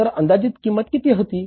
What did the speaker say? तर अंदाजित किंमत किती होती